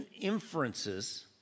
inferences